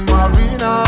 Marina